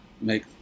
make